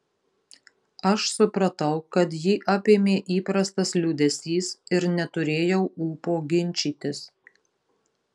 aš supratau kad jį apėmė įprastas liūdesys ir neturėjau ūpo ginčytis